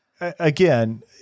again